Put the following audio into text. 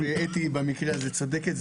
במקרה הזה אתי צודקת.